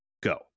Go